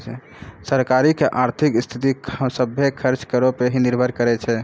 सरकारो के आर्थिक स्थिति, सभ्भे खर्च करो पे ही निर्भर करै छै